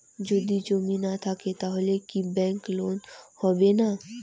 যদি জমি না থাকে তাহলে কি ব্যাংক লোন হবে না?